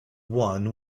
won